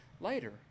later